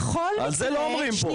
על זה לא אומרים פה.